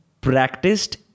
practiced